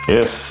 Yes